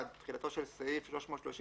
(1) תחילתו של סעיף 330ה(ב)